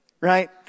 right